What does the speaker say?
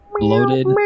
loaded